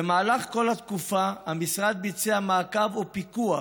במהלך כל התקופה המשרד ביצע מעקב ופיקוח